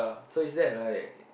so is that like